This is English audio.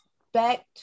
expect